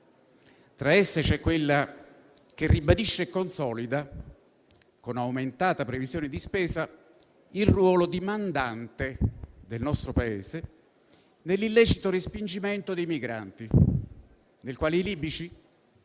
Tra di esse c'è quella che ribadisce e consolida, con aumentata previsione di spesa, il ruolo di mandante del nostro Paese nell'illecito respingimento dei migranti, nel quale i libici